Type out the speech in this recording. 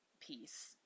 piece